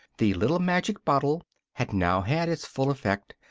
the little magic bottle had now had its full effect,